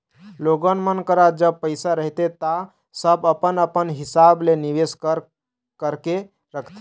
लोगन मन करा जब पइसा रहिथे ता सब अपन अपन हिसाब ले निवेस कर करके रखथे